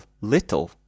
little